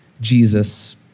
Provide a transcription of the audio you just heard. Jesus